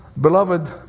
beloved